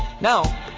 Now